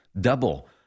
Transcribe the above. Double